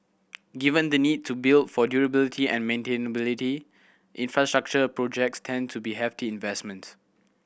given the need to build for durability and maintainability infrastructure projects tend to be hefty investments